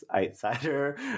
outsider